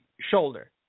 shoulder